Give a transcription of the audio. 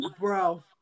bro